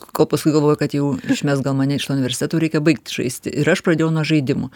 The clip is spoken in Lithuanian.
kol paskui galvoju kad jau išmes gal mane iš to universiteto reikia baigti žaisti ir aš pradėjau nuo žaidimų